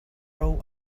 row